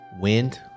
Wind